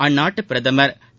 அந்நாட்டு பிரதமர் திரு